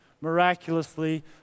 miraculously